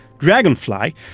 Dragonfly